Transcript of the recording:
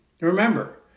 Remember